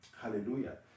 Hallelujah